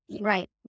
Right